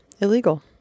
Illegal